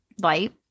light